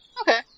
Okay